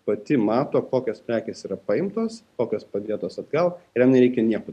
pati mato kokios prekės yra paimtos kokios padėtos atgal jam nereikia nieko